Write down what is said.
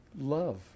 love